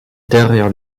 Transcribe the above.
derrière